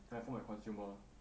then I form my consumer